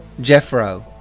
Jeffro